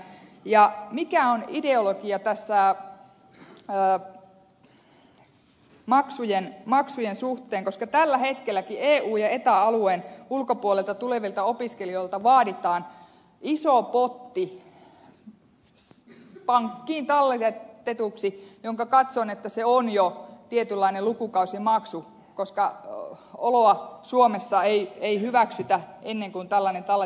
ja mikä on ideologia tässä maksujen suhteen koska tällä hetkelläkin eu ja eta alueen ulkopuolelta tulevilta opiskelijoilta vaaditaan iso potti pankkiin talletetuksi jonka katson olevan jo tietynlainen lukukausimaksu koska oloa suomessa ei hyväksytä ennen kuin tällainen talletus on tehty